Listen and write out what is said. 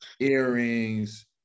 earrings